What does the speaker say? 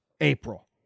april